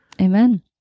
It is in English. Amen